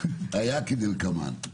היה כדלקמן: